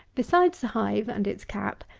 besides the hive and its cap,